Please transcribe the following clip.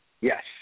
Yes